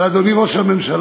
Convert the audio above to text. אבל, אדוני ראש הממשלה,